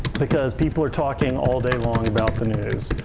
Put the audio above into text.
because people are talking all day long about the news.